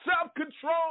self-control